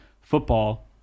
football